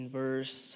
verse